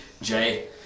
Jay